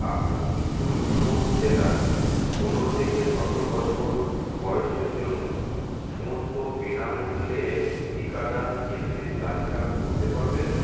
আপনি কি ফরিদকোট জেলার পনেরো থেকে সতেরো বছর বয়সের জন্য সমস্ত বিনামূল্যের টিকাদান কেন্দ্রের তালিকা করতে পারবেন